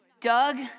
Doug